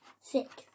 Six